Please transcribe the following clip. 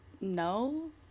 No